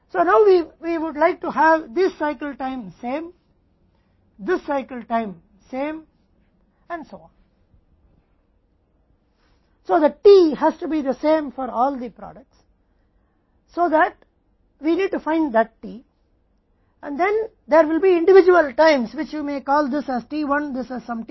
तो T को सभी उत्पादों के लिए समान होना चाहिए ताकि हमें उस T को ढूंढने की आवश्यकता हो और फिर अलग अलग समय हो जिसे आप कॉल कर सकते हैं यह t 1 है जैसा कि कुछ t 2 यह कुछ t 3 है जल्द ही